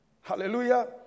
Hallelujah